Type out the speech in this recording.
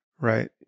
right